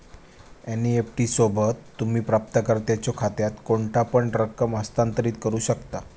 NEFT सोबत, तुम्ही प्राप्तकर्त्याच्यो खात्यात कोणतापण रक्कम हस्तांतरित करू शकता